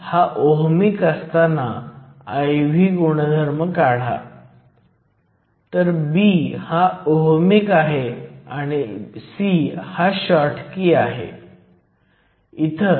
तर Vo काहीही नाही परंतु kTeln NANDni2 आहे आपण सर्व भरू शकतो आणि गणना करू शकतो